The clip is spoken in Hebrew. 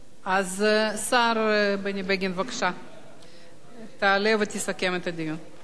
אז השר בני בגין, בבקשה, תעלה ותסכם את הדיון.